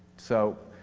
so